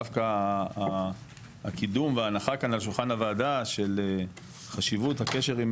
דווקא הקידום וההנחה כאן על שולחן הוועדה של חשיבות הקשר עם